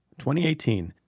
2018